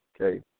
okay